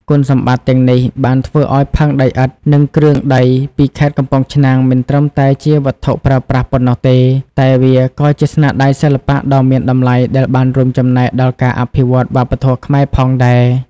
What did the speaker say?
គុណសម្បត្តិទាំងនេះបានធ្វើឱ្យផើងដីឥដ្ឋ និងគ្រឿងដីពីខេត្តកំពង់ឆ្នាំងមិនត្រឹមតែជាវត្ថុប្រើប្រាស់ប៉ុណ្ណោះទេ តែវាក៏ជាស្នាដៃសិល្បៈដ៏មានតម្លៃដែលបានរួមចំណែកដល់ការអភិរក្សវប្បធម៌ខ្មែរផងដែរ។